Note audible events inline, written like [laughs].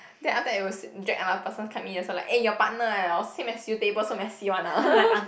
then after that it was drag another person come in also like eh your partner ah same as you table so messy one ah [laughs]